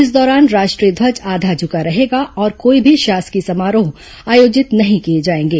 इस दौरान राष्ट्रीय ध्वज आधा झुका रहेगा और कोई भी शासकीय समारोह आयोजित नहीं किए जाएंगे